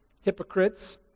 hypocrites